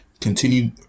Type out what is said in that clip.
continue